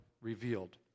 revealed